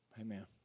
Amen